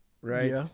Right